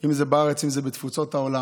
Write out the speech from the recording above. אם זה בארץ ואם זה בתפוצות העולם.